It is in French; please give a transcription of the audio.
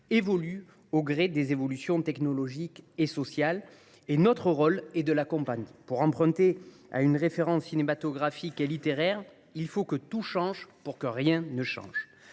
évolue au gré des évolutions technologiques et sociales, et notre rôle est de l’accompagner. Pour emprunter à une référence cinématographique et littéraire, « il faut que tout change pour que rien ne change